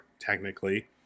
technically